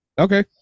okay